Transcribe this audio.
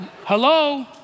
hello